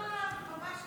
לא, ממש לא.